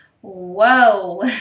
whoa